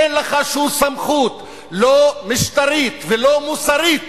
אין לך שום סמכות, לא משטרית ולא מוסרית,